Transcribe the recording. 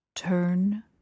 Turn